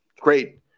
Great